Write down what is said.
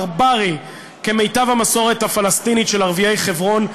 ברברי כמיטב המסורת הפלסטינית של ערביי חברון,